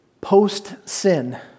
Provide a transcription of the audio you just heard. post-sin